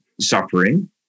suffering